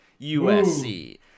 USC